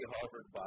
Harvard